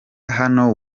hano